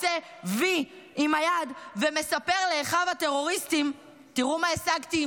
עושה וי עם היד ומספר לאחיו הטרוריסטים: תראו מה השגתי,